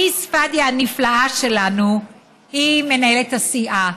ליז ספדיה הנפלאה שלנו היא מנהלת הסיעה.